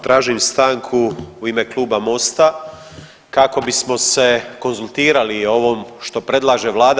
Tražim stanku u ime Kluba Mosta kako bismo se konzultirali o ovom što predlaže vlada.